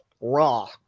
Raw